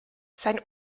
sein